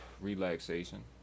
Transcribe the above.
relaxation